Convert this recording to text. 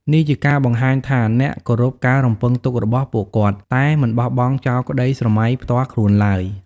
នេះជាការបង្ហាញថាអ្នកគោរពការរំពឹងទុករបស់ពួកគាត់ តែមិនបោះបង់ចោលក្ដីស្រមៃផ្ទាល់ខ្លួនឡើយ។